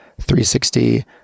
360